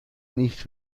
nicht